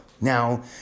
Now